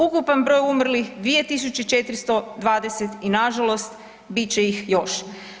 Ukupan broj umrlih 2420 i na žalost bit će ih još.